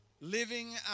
Living